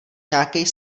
nějakej